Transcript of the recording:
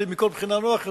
יהיה לי מכל בחינה נוח יותר.